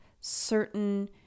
certain